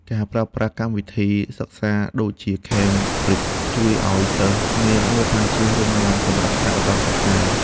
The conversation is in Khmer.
ការប្រើប្រាស់កម្មវិធីសិក្សាដូចជាខេមប្រីជជួយឱ្យសិស្សមានមូលដ្ឋានគ្រឹះរឹងមាំសម្រាប់ថ្នាក់ឧត្តមសិក្សា។